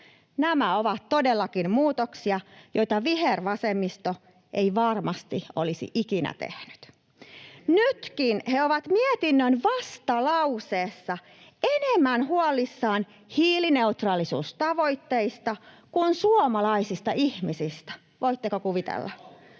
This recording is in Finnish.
Nämä ovat todellakin muutoksia, joita vihervasemmisto ei varmasti olisi ikinä tehnyt. [Aki Lindén: Eikä viheroikeistokaan!] Nytkin he ovat mietinnön vastalauseessa enemmän huolissaan hiilineutraalisuustavoitteista kuin suomalaisista ihmisistä, voitteko kuvitella,